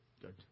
Good